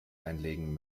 einlegen